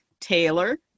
Taylor